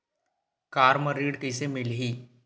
Car म ऋण कइसे मिलही?